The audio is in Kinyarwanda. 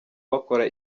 bakora